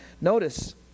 notice